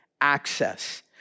access